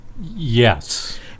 Yes